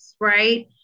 right